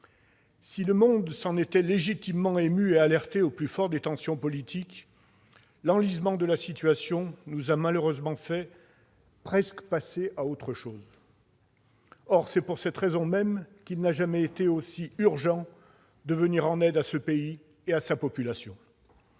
Si le monde s'en était légitimement ému et alerté au plus fort des tensions politiques, l'enlisement de la situation nous a malheureusement presque fait « passer à autre chose ». Or c'est pour cette raison même qu'il n'a jamais été aussi urgent de venir en aide à ce pays et à sa population.